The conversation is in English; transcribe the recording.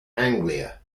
anglia